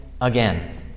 again